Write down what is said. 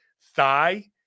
thigh